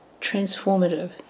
transformative